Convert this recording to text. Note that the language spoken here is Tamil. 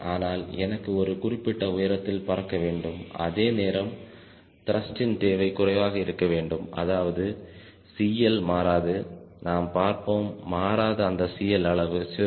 ஆனால் எனக்கு ஒரு குறிப்பிட்ட உயரத்தில் பறக்க வேண்டும் அதேநேரம் த்ருஷ்டின் தேவை குறைவாக இருக்க வேண்டும் அதாவது CL மாறாது நாம் பார்ப்போம் மாறாத அந்த CL அளவு 0